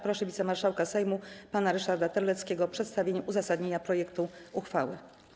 Proszę wicemarszałka Sejmu pana Ryszarda Terleckiego o przedstawienie uzasadnienia projektu uchwały.